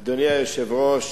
אדוני היושב-ראש,